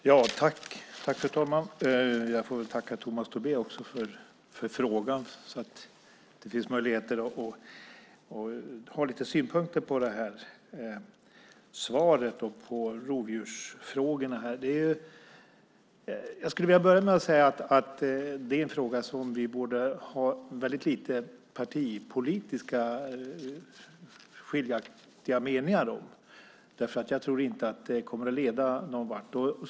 Fru talman! Jag får tacka Tomas Tobé för frågan så att det finns möjlighet att ha lite synpunkter på svaret och rovdjursfrågan. Det är en fråga som vi borde ha mycket lite partipolitiskt skiljaktiga meningar om eftersom det inte leder någon vart.